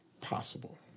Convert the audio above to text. possible